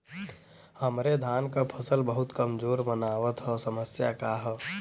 हमरे धान क फसल बहुत कमजोर मनावत ह समस्या का ह?